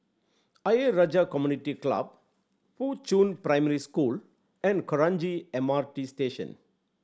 Ayer Rajah Community Club Fuchun Primary School and Kranji M R T Station